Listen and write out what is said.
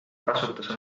kasutas